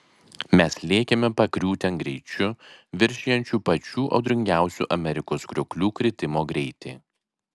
mes lėkėme pakriūtėn greičiu viršijančiu pačių audringiausių amerikos krioklių kritimo greitį